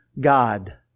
God